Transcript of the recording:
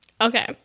Okay